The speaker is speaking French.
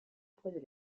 poids